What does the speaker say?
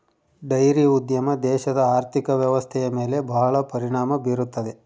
dairy ಉದ್ಯಮ ದೇಶದ ಆರ್ಥಿಕ ವ್ವ್ಯವಸ್ಥೆಯ ಮೇಲೆ ಬಹಳ ಪರಿಣಾಮ ಬೀರುತ್ತದೆ